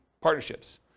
partnerships